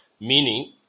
Meaning